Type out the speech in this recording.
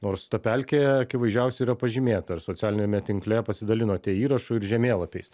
nors ta pelkė akivaizdžiausiai yra pažymėta ir socialiniame tinkle pasidalinote įrašu ir žemėlapiais